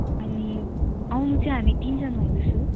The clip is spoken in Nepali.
अनि आउनु चाहिँ हामी तिनजना आउँदैछौँ